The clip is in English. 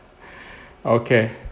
okay